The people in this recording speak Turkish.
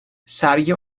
sergi